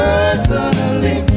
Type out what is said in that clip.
Personally